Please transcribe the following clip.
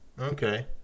okay